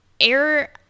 air